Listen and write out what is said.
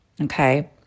okay